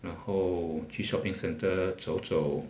然后去 shopping centre 走走